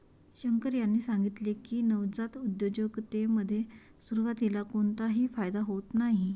शंकर यांनी सांगितले की, नवजात उद्योजकतेमध्ये सुरुवातीला कोणताही फायदा होत नाही